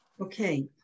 Okay